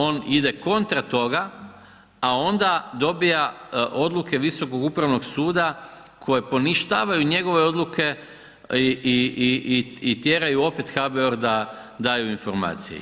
On ide kontra toga, a onda dobiva odluke Visokog upravnog suda koje poništavaju njegove odluke i tjeraju opet HBOR da daju informacije.